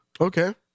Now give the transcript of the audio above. Okay